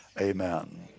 Amen